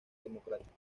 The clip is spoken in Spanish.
democráticos